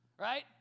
Right